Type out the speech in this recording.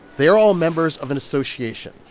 they are all members of an association,